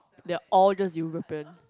they are all just European